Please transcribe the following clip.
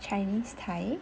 chinese thai